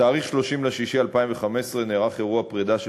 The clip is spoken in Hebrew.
בתאריך 30 ביוני 2015 נערך אירוע פרידה של